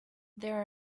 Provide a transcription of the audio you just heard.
there